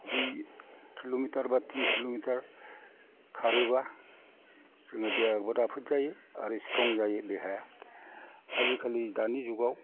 दुइ किल'मिटार बा थिन किल'मिटार खारोबा जोंयो देहाखौबो राफोद जायो आरो स्थ्रं जायो देहाया आजि खालि दानि जुगाव